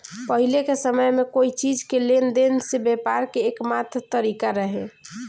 पाहिले के समय में कोई चीज़ के लेन देन से व्यापार के एकमात्र तारिका रहे